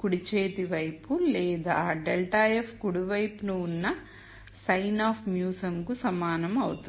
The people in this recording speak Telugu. కుడి చేతి వైపు లేదా ∇ f కుడివైపున ఉన్న sine of μsum కు సమానం అవుతుంది